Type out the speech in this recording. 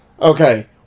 Okay